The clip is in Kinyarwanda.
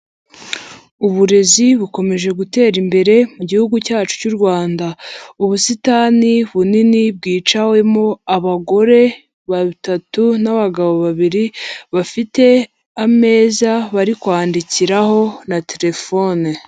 Uburezi bukomeje gutera imbere mu gihugu cyacu cy'u Rwanda, ubusitani bunini bwicawemo abagore batatu n'abagabo babiri bafite ameza bari kwandikiraho na telefone.